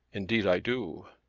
indeed i do.